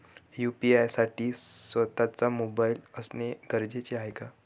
UPI साठी स्वत:चा mobile असणे गरजेचे आहे का?